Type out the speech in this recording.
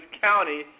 county